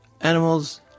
Animals